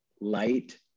light